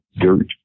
dirt